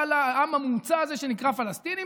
לעם המומצא הזה שנקרא פלסטינים,